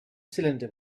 cylinder